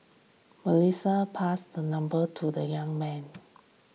Melissa passed her number to the young man